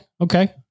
Okay